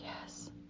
Yes